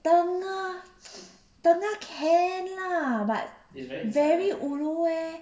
tengah tengah can lah but very ulu eh